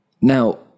Now